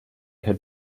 had